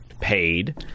paid